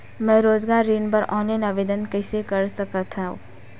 मैं रोजगार ऋण बर ऑनलाइन आवेदन कइसे कर सकथव?